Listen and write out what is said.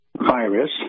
virus